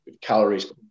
Calories